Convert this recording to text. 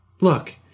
Look